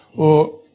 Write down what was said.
or,